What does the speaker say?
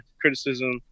criticism